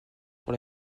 pour